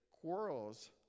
quarrels